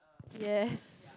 yes